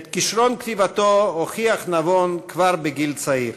את כישרון הכתיבה שלו הוכיח נבון כבר בגיל צעיר.